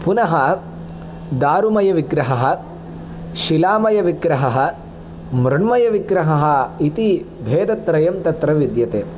पुनः दारुमयविग्रहः शिलामयविग्रहः मृण्मयविग्रहः इति भेदत्रयं तत्र विद्यते